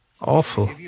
Awful